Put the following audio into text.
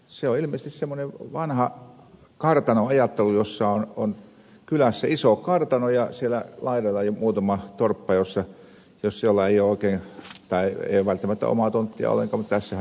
se on ilmeisesti semmoinen vanha kartano ajattelu jossa on kylässä iso kartano ja siellä laidalla muutama torppa joilla ei ole välttämättä omaa tonttia ollenkaan mutta tässähän tapauksessa jäisi sitten